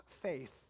faith